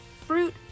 fruit